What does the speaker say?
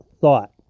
thought